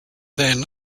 then